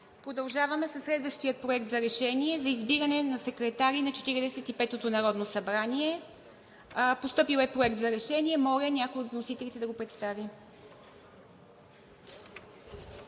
Продължаваме със следващия проект за решение – за избиране на секретари на Четиридесет и петото народно събрание. Постъпил е Проект за решение. Моля, някой от вносителите да го представи.